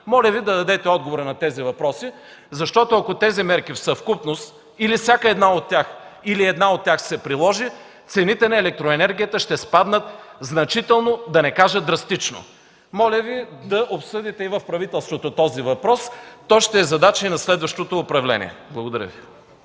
Моля Ви дадете отговори на тези въпроси, защото ако тези мерки в съвкупност, или всяка една от тях, или една от тях се приложи, цените на електроенергията ще спаднат значително, да не кажа драстично. Моля Ви да обсъдите този въпрос в правителството. То ще е задача и на следващото управление. Благодаря Ви.